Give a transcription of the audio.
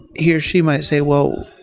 he or she might say, well,